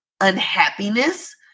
unhappiness